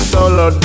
Solo